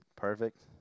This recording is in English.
Perfect